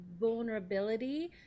vulnerability